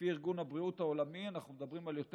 לפי ארגון הבריאות העולמי אנחנו מדברים על יותר